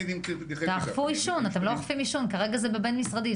תאכפו עישון, כרגע זה בבין משרדי.